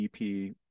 EP